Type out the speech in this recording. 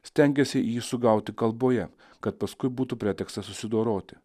stengiasi jį sugauti kalboje kad paskui būtų pretekstas susidoroti